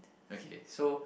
okay so